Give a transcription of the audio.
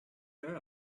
her